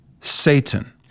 Satan